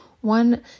one